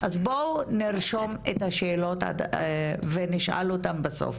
אז בואו נרשום את השאלות ונשאל אותם בסוף